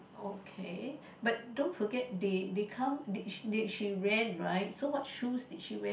okay but don't forget they they come they she ran right so what shoes did she wear